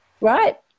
Right